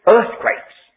Earthquakes